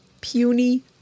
puny